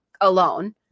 alone